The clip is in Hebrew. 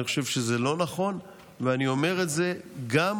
אני חושב שזה לא נכון, ואני אומר את זה אפילו